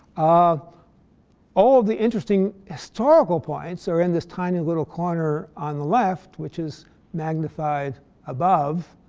ah all of the interesting historical points are in this tiny little corner on the left, which is magnified above.